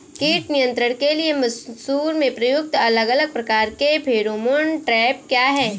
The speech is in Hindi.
कीट नियंत्रण के लिए मसूर में प्रयुक्त अलग अलग प्रकार के फेरोमोन ट्रैप क्या है?